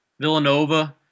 Villanova